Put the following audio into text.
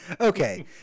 Okay